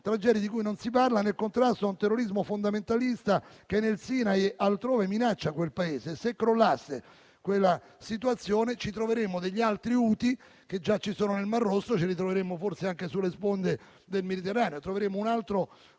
tragedia di cui non si parla, nel contrasto a un terrorismo fondamentalista che nel Sinai e altrove minaccia quel Paese. Se crollasse quella situazione, ci troveremmo degli altri Houthi - che già ci sono nel mar Rosso - forse anche sulle sponde del Mediterraneo. Troveremmo un altro